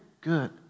good